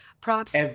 props